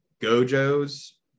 gojo's